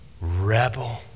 Rebel